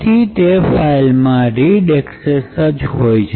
જેથી તે ફાઈલ માં રીડ એક્સેસ જ હોય